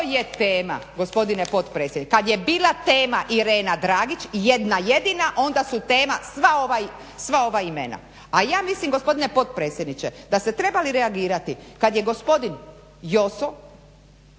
je tema gospodine potpredsjedniče. Kada je bila tema Irena Dragić jedna jedina onda su tema sva ova imena. A ja mislim gospodine potpredsjedniče da ste trebali reagirati kada je gospodin Joso